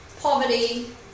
poverty